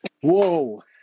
Whoa